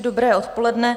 Dobré odpoledne.